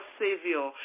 savior